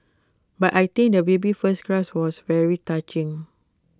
but I think the baby's first cry was very touching